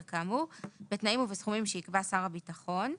כאמור בתנאים ובסכומים שיקבע שר הביטחון.